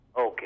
Okay